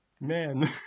Man